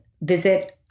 Visit